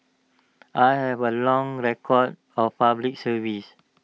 I have A long record of Public Service